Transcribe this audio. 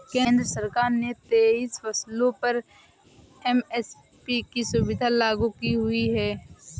केंद्र सरकार ने तेईस फसलों पर एम.एस.पी की सुविधा लागू की हुई है